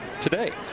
today